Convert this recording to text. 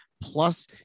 plus